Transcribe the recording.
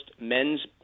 men's